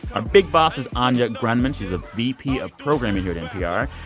our big boss is anya grundmann. she's a vp of programming here at npr.